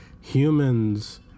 humans